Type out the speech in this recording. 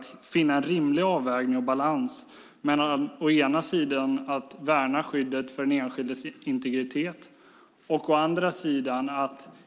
Det gäller att finna en rimlig avvägning och balans mellan att å ena sidan värna skyddet för den enskildes integritet och å andra sidan